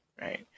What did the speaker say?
right